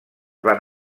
van